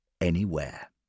anywhere